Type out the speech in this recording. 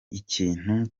ikintu